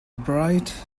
bright